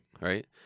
right